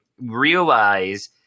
realize